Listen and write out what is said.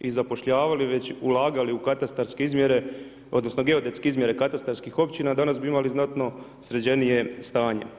i zapošljavali, već ulagali u katastarske izmjere, odnosno geodetske izmjere katastarskih općina, danas bi imali znatno sređenije stanje.